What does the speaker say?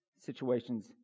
Situations